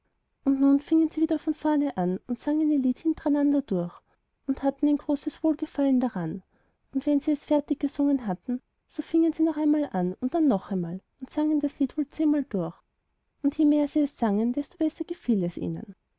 und nun fingen sie wieder von vorne an und sangen ihr lied hintereinander durch und hatten ein großes wohlgefallen daran und wenn sie es fertig gesungen hatten so fingen sie noch einmal an und dann noch einmal und sangen das lied wohl zehnmal durch und je mehr sie es sangen desto besser gefiel es ihnen